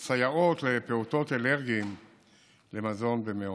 הקצאת הסייעות לפעוטות אלרגיים למזון במעונות.